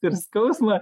ir skausmą